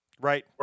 Right